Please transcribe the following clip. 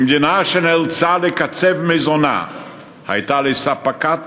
ממדינה שנאלצה לקצב מזונה הייתה לספקית